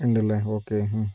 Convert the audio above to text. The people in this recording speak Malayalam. ഉണ്ടല്ലേ ഓക്കേ